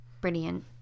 Brilliant